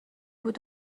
بود